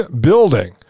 building